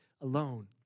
alone